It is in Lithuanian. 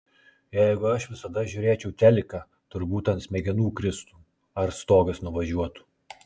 jeigu aš visada žiūrėčiau teliką turbūt ant smegenų kristų ar stogas nuvažiuotų